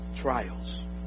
trials